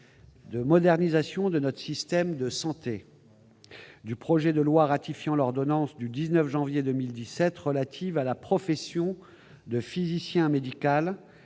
de modernisation de notre système de santé du projet de loi ratifiant l'ordonnance du 19 janvier 2017 relatives à la profession de physicien médical